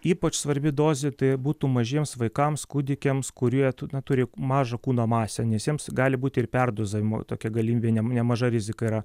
ypač svarbi dozė tai būtų mažiems vaikams kūdikiams kurie na turi mažą kūno masę nes jiems gali būti ir perdozavimo tokia galimybė ne nemaža rizika yra